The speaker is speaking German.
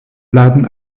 bleiben